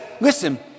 listen